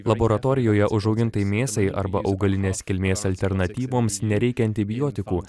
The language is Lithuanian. laboratorijoje užaugintai mėsai arba augalinės kilmės alternatyvoms nereikia antibiotikų